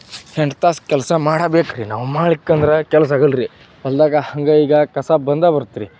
ಎಂಟು ತಾಸು ಕೆಲಸ ಮಾಡಾ ಬೇಕು ರಿ ನಾವು ಮಾಡ್ಲಿಕ್ಕಂದ್ರೆ ಕೆಲ್ಸಾಗಲ್ಲ ರಿ ಹೊಲದಾಗ ಹಂಗೆ ಈಗ ಕಸ ಬಂದೇ ಬರತ್ರಿ